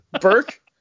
Burke